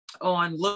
on